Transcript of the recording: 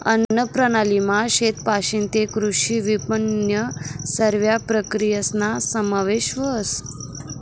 अन्नप्रणालीमा शेतपाशीन तै कृषी विपनननन्या सरव्या प्रक्रियासना समावेश व्हस